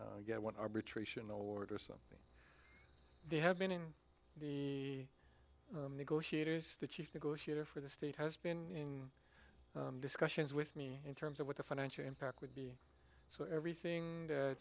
get one arbitration award or something they have been the negotiators the chief negotiator for the state has been discussions with me in terms of what the financial impact would be so everything